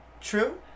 true